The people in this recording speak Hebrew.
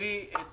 ותביא את